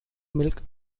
milk